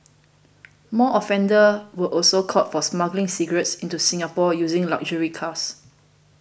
more offenders were also caught for smuggling cigarettes into Singapore using luxury cars